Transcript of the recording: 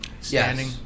standing